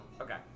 Okay